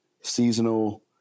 seasonal